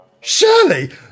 Shirley